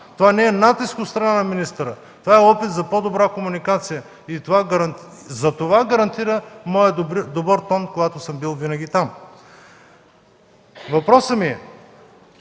Това не е натиск от страна на министъра. Това е опит за по-добра комуникация. За това гарантира моят добър тон, когато съм бил винаги там. Системата